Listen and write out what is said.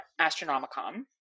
Astronomicon